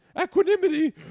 equanimity